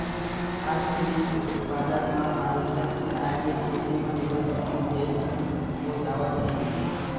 आज के दिन बादर म हारवेस्टर के आए ले खेते म लुवई अउ मिजई ह हो जावत हे